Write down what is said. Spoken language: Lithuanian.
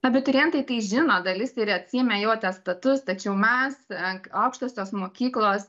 abiturientai tai žino dalis ir atsiėmė jų atestatus tačiau mes aukštosios mokyklos